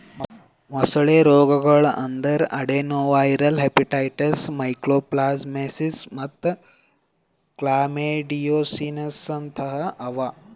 ಮೊಸಳೆ ರೋಗಗೊಳ್ ಅಂದುರ್ ಅಡೆನೊವೈರಲ್ ಹೆಪಟೈಟಿಸ್, ಮೈಕೋಪ್ಲಾಸ್ಮಾಸಿಸ್ ಮತ್ತ್ ಕ್ಲಮೈಡಿಯೋಸಿಸ್ನಂತಹ ಅವಾ